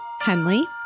Henley